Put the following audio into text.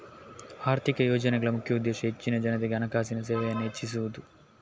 ಆರ್ಥಿಕ ಯೋಜನೆಗಳ ಮುಖ್ಯ ಉದ್ದೇಶ ಹೆಚ್ಚಿನ ಜನತೆಗೆ ಹಣಕಾಸಿನ ಸೇವೆಯನ್ನ ಹೆಚ್ಚಿಸುದು